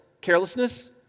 carelessness